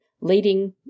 leading